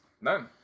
None